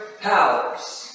powers